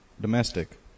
domestic